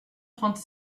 trente